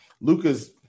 Luca's